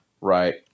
Right